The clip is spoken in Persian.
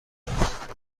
داروخانه